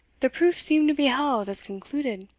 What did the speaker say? the proof seemed to be held as concluded,